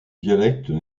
dialectes